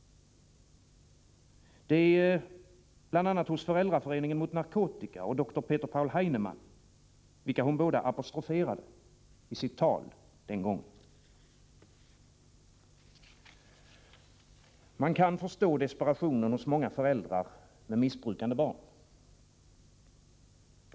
Det är bl.a. hos Föräldraföreningen mot narkotika och dr Peter Paul Heinemann, vilka hon apostroferade i sitt tal den gången. Man kan förstå desperationen hos många föräldrar med missbrukande barn.